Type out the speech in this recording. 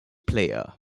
player